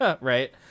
right